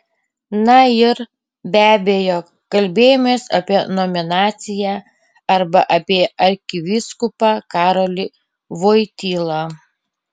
na ir be abejo kalbėjomės apie nominaciją arba apie arkivyskupą karolį voitylą